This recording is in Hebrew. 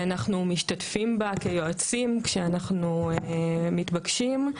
אנחנו משתתפים בה כיועצים, כשאנחנו מתבקשים,